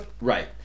Right